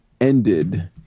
ended